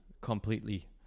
completely